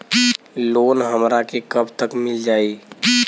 Loan हमरा के कब तक मिल जाई?